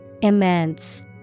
immense